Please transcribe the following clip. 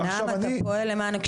אתה לא פועל למענם,